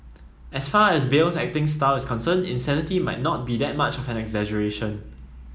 as far as Bale's acting style is concerned insanity might not be that much of an exaggeration